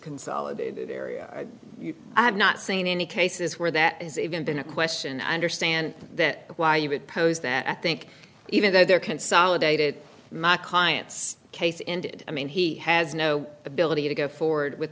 consolidated area i have not seen any cases where that is even been a question i understand that why you would pose that i think even though there consolidated my client's case ended i mean he has no ability to go forward with